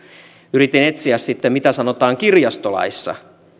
yritin etsiä sitten mitä sanotaan kirjastolaissa